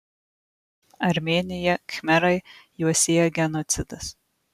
armėnija khmerai juos sieja genocidas